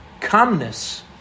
calmness